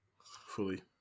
Fully